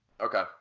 Okay